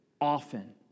often